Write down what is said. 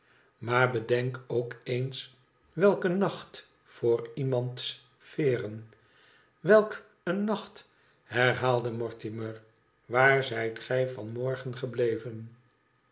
maar bedenk ook eens welk een nacht voor iemands veeren welk een nacht herhaalde mortimer waar zijt gij van morgen gebleven